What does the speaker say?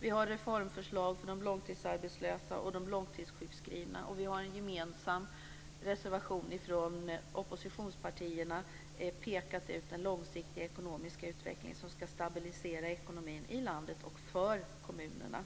Vi har reformförslag för de långtidsarbetslösa och de långtidssjukskrivna. Vi har i en gemensam reservation från oppositionspartierna pekat ut den långsiktiga ekonomiska utveckling som ska stabilisera ekonomin i landet och för kommunerna.